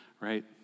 right